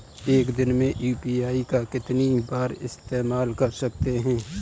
एक दिन में यू.पी.आई का कितनी बार इस्तेमाल कर सकते हैं?